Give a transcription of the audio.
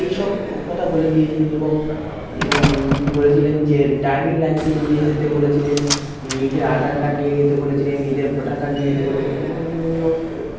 এইসব ও কথা বলে দিয়েছিলেন এবং বলেছিলেন যে ড্রাইভিং লাইসেন্স নিয়ে যেতে বলেছিলেন নিজের আধার কার্ড নিয়ে যেতে বলেছিলেন নিজের ভোটার কার্ড নিয়ে যেতে বলেছেন এবং বিভিন্ন